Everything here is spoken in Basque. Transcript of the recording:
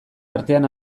artean